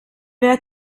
wer